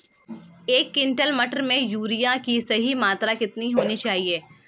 एक क्विंटल मटर में यूरिया की सही मात्रा कितनी होनी चाहिए?